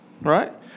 Right